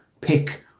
pick